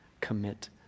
commit